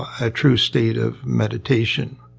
a true state of meditation.